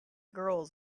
girls